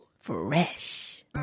Fresh